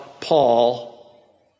Paul